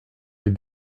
les